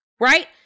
Right